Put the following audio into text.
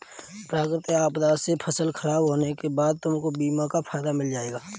प्राकृतिक आपदा से फसल खराब होने के बाद तुमको बीमा का फायदा मिल जाएगा